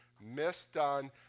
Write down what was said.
misdone